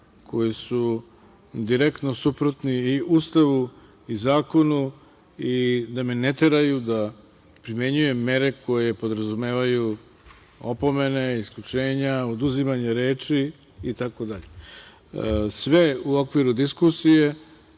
koji su direktno suprotni i Ustavu i zakonu i da me ne teraju da primenjujem mere koje podrazumevaju opomene, isključenja, oduzimanja reči itd. Sve u okviru diskusije